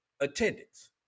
attendance